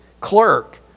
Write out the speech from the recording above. clerk